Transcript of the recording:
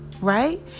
right